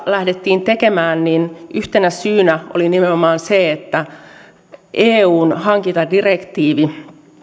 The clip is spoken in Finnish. lähdettiin tekemään niin yhtenä syynä oli nimenomaan se että eun hankintadirektiivi